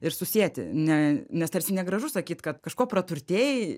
ir susieti ne nes tarsi negražu sakyt kad kažko praturtėjai